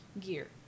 Gear